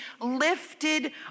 lifted